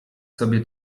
sobie